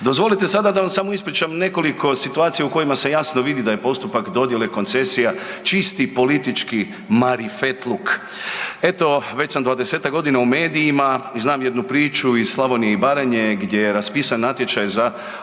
Dozvolite sada da vam samo ispričam nekoliko situacija u kojima se jasno vidi da je postupak dodjele koncesija čisti politički marifetluk. Eto već sam 20-ak godina u medijima i znam jednu priču iz Slavonije i Baranje gdje je raspisan natječaj za lokalnu